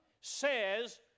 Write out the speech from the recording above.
says